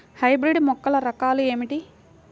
Hybrid మొక్కల రకాలు ఏమిటీ?